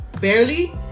barely